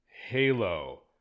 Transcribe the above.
Halo